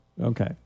okay